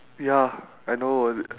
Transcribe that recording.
ya I know right